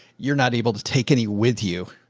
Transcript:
you're not able to take any with you,